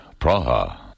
Praha